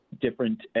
different